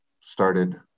started